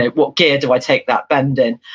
what gear do i take that bend in?